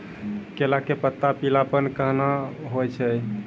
केला के पत्ता पीलापन कहना हो छै?